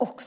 Både